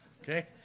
Okay